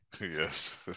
Yes